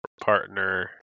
partner